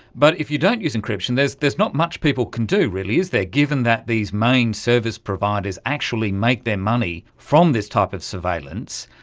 but if you don't use encryption there's there's not much people can do really, is there, given that these main service providers actually make their money from this type of surveillance,